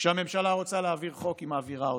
כשהממשלה רוצה להעביר חוק היא מעבירה אותו.